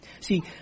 See